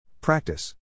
Practice